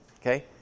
okay